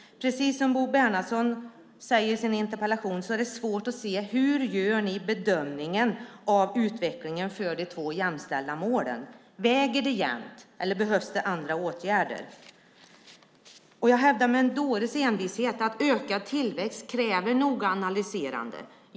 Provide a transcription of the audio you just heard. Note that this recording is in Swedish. Precis som Bo Bernhardsson skriver i sin interpellation är det svårt att se hur ni gör bedömningen av utvecklingen för de två jämställda målen. Väger det jämnt, eller behövs det andra åtgärder? Jag hävdar med en dåres envishet att ökad tillväxt kräver noggrant analyserande.